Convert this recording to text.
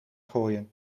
gooien